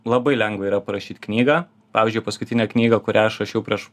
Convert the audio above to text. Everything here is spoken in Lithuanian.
labai lengva yra parašyt knygą pavyzdžiui paskutinę knygą kurią aš rašiau prieš